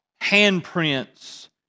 handprints